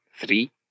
three